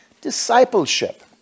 Discipleship